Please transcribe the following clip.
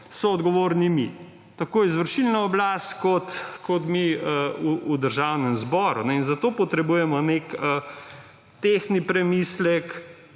soodgovorni tako izvršilna oblast kot mi v Državnem zboru. Zato potrebujemo tehtni premislek,